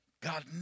God